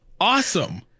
Awesome